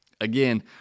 again